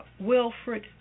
Wilfred